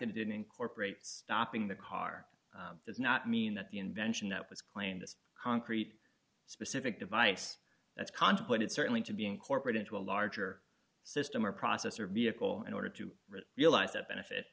that it didn't incorporate stopping the car does not mean that the invention that was claimed this concrete specific device that's contemplated certainly to be incorporated into a larger system or process or vehicle in order to realize that benefit